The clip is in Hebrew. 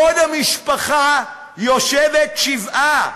בעוד המשפחה יושבת שבעה.